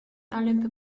olympic